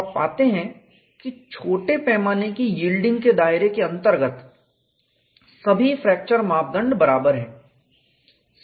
तो आप पाते हैं कि छोटे पैमाने की यील्डिंग के दायरे के अंतर्गत सभी फ्रैक्चर मापदंड बराबर हैं